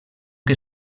que